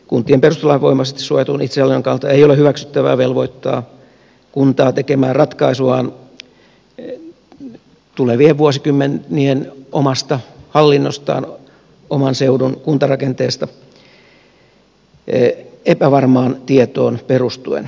kuntien perustuslainvoimaisesti suojatun itsehallinnon kannalta ei ole hyväksyttävää velvoittaa kuntaa tekemään ratkaisuaan tulevien vuosikymmenien omasta hallinnostaan oman seudun kuntarakenteesta epävarmaan tietoon perustuen